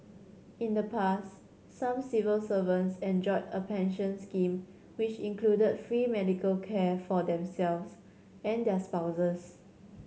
in the past some civil servants enjoyed a pension scheme which included free medical care for themselves and their spouses